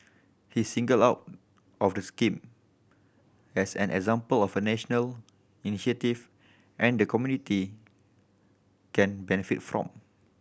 he singled out of the scheme as an example of a national initiative and the community can benefit from